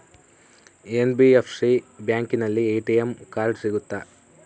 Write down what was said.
NBFC ಬ್ಯಾಂಕಿನಲ್ಲಿ ATM card ಸಿಗುತ್ತಾ?